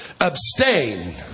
abstain